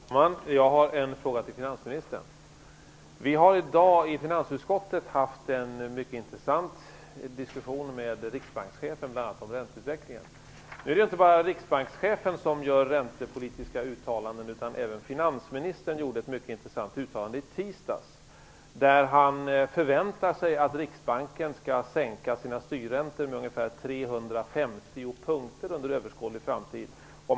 Fru talman! Jag har en fråga till finansministern. I dag har vi i finansutskottet haft en mycket intressant diskussion med riksbankschefen bl.a. om ränteutvecklingen. Men det är inte bara riksbankschefen som gör räntepolitiska uttalanden. Även finansministern gjorde ett mycket intressant uttalande i tisdags. Han förväntar sig att Riksbanken skall sänka sina styrräntor med ungefär 350 punkter inom en överskådlig framtid.